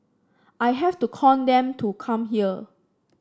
I have to con them to come here